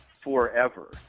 forever